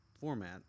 format